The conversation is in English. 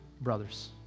Brothers